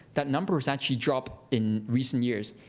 that number has actually dropped in recent years.